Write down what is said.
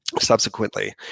subsequently